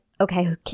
okay